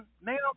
Now